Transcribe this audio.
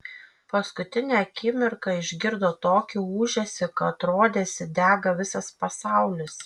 paskutinę akimirką išgirdo tokį ūžesį kad rodėsi dega visas pasaulis